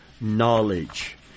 knowledge